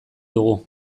dugu